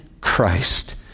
Christ